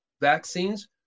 vaccines